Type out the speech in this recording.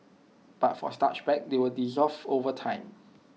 but for starch bags they will dissolve over time